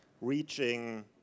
reaching